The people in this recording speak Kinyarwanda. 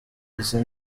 izi